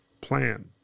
plan